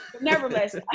Nevertheless